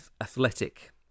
Athletic